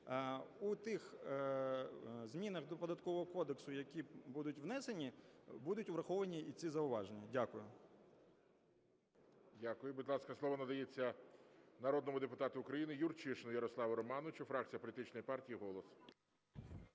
У тих змінах до Податкового кодексу, які будуть внесені, будуть враховані і ці зауваження. Дякую. ГОЛОВУЮЧИЙ. Дякую. Будь ласка, слово надається народному депутату України Юрчишину Ярославу Романовичу, фракція політичної партії "Голос".